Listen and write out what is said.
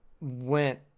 went